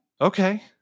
Okay